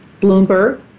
Bloomberg